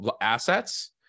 assets